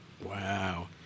Wow